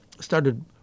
started